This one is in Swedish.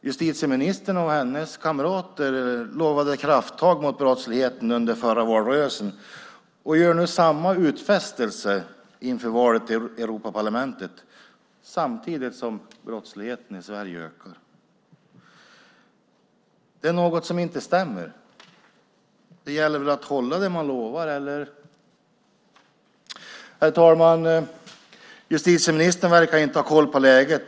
Justitieministern och hennes kamrater lovade krafttag mot brottsligheten under förra valrörelsen och gör nu samma utfästelse inför valet till Europaparlamentet samtidigt som brottsligheten i Sverige ökar. Det är något som inte stämmer. Det gäller att hålla det man lovar - eller? Herr talman! Justitieministern verkar inte ha koll på läget.